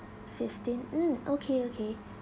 fifteen mm okay okay